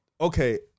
okay